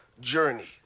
journey